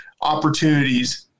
opportunities